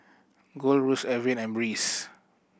Gold Roast Evian and Breeze